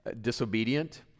disobedient